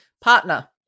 partner